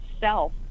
self